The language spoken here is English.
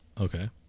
Okay